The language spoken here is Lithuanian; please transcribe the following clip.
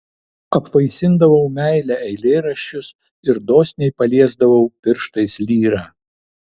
apvaisindavau meile eilėraščius ir dosniai paliesdavau pirštais lyrą